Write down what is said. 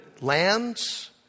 lands